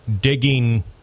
digging